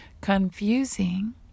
confusing